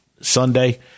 Sunday